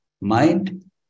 mind